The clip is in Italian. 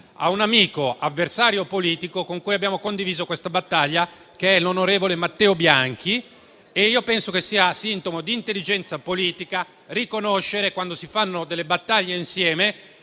a un amico, avversario politico, con il quale abbiamo condiviso questa battaglia, l'onorevole Matteo Bianchi. Penso che sia sintomo di intelligenza politica riconoscere quando si conducono insieme